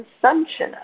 consumption